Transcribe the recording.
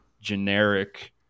generic